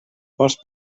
vols